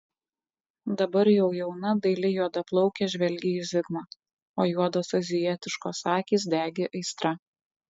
dabar jau jauna daili juodaplaukė žvelgė į zigmą o juodos azijietiškos akys degė aistra